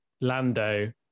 Lando